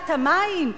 לבעיית המים?